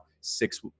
six